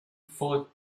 for